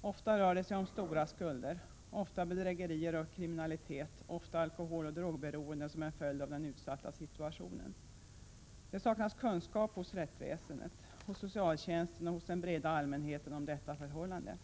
Ofta rör det sig om stora skulder, ofta om bedrägerier, kriminalitet samt alkoholoch drogberoende som en följd av den utsatta situationen. Det saknas kunskap hos rättsväsendet, socialtjänsten och den breda allmänheten om detta förhållande.